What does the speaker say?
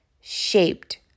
shaped